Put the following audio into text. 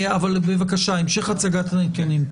אבל בבקשה, המשך הצגת הנתונים.